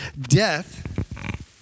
death